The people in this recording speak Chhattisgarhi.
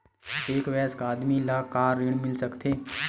एक वयस्क आदमी ला का ऋण मिल सकथे?